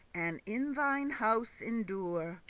and in thine house endure,